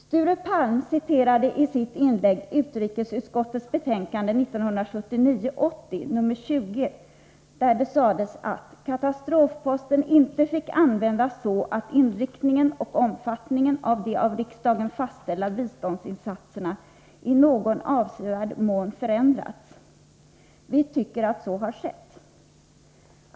Sture Palm citerade i sitt inlägg utrikesutskottets betänkande 1979/80 nr 20, där det sades att katastrofposten inte fick användas så, att inriktningen och omfattningen av de av riksdagen fastställda biståndsinsatserna i någon avsevärd mån förändrades. Vi tycker att så har skett.